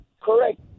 Correct